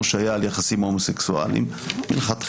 שהיה על יחסים הומוסקסואליים מלכתחילה,